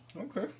Okay